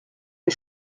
les